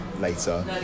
later